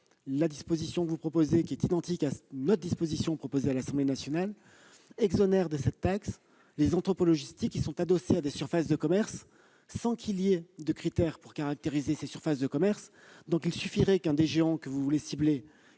la disposition que vous proposez, qui est identique à une disposition proposée à l'Assemblée nationale, exonère de cette taxe les entrepôts logistiques qui sont adossés à des surfaces de commerce, sans qu'il y ait de critères pour caractériser celles-ci. Il suffirait qu'un des géants que vous voulez cibler